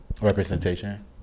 Representation